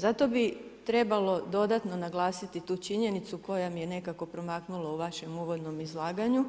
Zato bi trebalo dodatno naglasiti tu činjenicu koja mi je nekako promaknula u vašem uvodnom izlaganju,